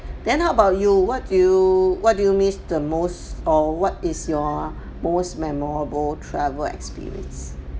then how about you what do you what do you miss the most or what is your most memorable travel experience